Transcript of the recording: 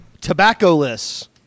tobacco-less